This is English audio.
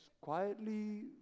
quietly